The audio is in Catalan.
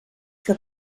que